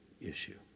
issue